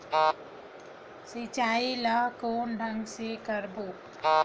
सिंचाई ल कोन ढंग से करबो?